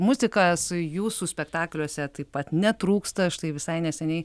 muzika su jūsų spektakliuose taip pat netrūksta štai visai neseniai